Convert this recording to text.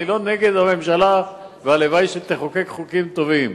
אני לא נגד הממשלה, והלוואי שתחוקק חוקים טובים,